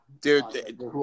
dude